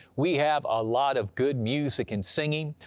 we have a lot of good music and singing,